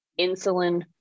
insulin